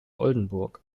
oldenburg